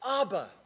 Abba